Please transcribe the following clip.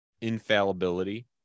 infallibility